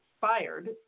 fired